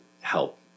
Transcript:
help